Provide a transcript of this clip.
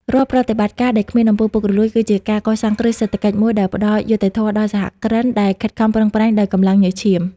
រាល់ប្រតិបត្តិការដែលគ្មាន អំពើពុករលួយ គឺជាការកសាងគ្រឹះសេដ្ឋកិច្ចមួយដែលផ្ដល់យុត្តិធម៌ដល់សហគ្រិនដែលខិតខំប្រឹងប្រែងដោយកម្លាំងញើសឈាម។